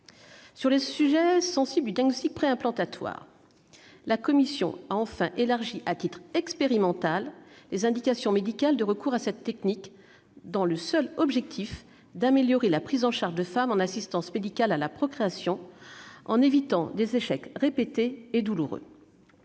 sur le sujet sensible du diagnostic préimplantatoire, la commission spéciale a élargi, à titre expérimental, les indications médicales de recours à cette technique, dans le seul objectif d'améliorer la prise en charge de femmes en assistance médicale à la procréation, en évitant des échecs répétés et douloureux.